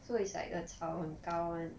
so it's like the 草很高 [one]